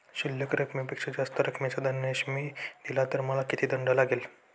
शिल्लक रकमेपेक्षा जास्त रकमेचा धनादेश मी दिला तर मला किती दंड लागेल?